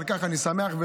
על כך אני שמח.